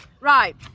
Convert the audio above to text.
Right